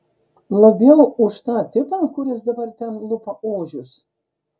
labiau už tą tipą kuris dabar ten lupa ožius